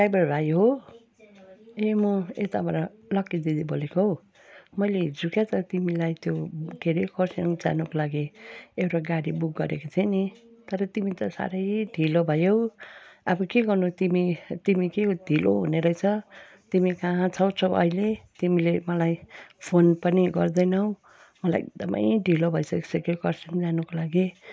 driver भाइ हो ए म यताबाट लक्की दिदी बोलेको हौ मैले हिजो क्या त तिमीलाई त्यो के अरे खरासाङ जानको लागि एउटा गाडी बुक गरेको थिएँ नि तर तिमी त साह्रै ढिलो भयौ अब के गर्नु तिमी तिमी कि त ढिलो हुने रहेछ तिमी कहाँ छौ छौ अहिले तिमीले मलाई फोन पनि गर्दैनौ मलाई एकदमै ढिलो भइसकिसक्यो खरासाङ जानको लागि